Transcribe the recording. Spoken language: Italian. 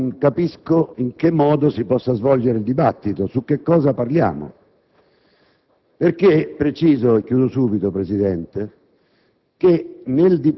Senza tali tabelle, francamente, non capisco in che modo si possa svolgere il dibattito, né di cosa discutiamo.